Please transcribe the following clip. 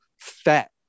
fat